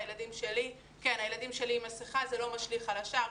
הילדים שלי עם מסכה וזה לא משליך על השאר.